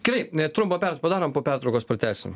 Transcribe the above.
gerai trumpą pertrauką padarom po pertraukos pratęsim